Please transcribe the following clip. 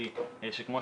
כידוע